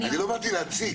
אני לא באתי להציק,